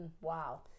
Wow